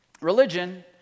religion